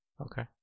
Okay